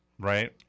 Right